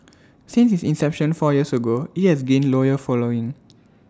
since its inception four years ago IT has gained loyal following